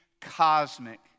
cosmic